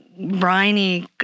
briny